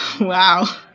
Wow